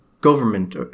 government